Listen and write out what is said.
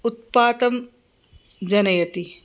उत्पातं जनयति